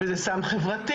וזה סם חברתי.